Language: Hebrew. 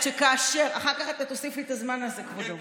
אחר כך אתה תוסיף לי את הזמן הזה, כבודו.